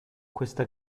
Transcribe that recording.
questa